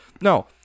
no